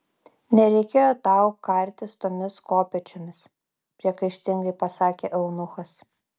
nereikėjo tau kartis tomis kopėčiomis priekaištingai pasakė eunuchas